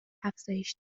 افزایش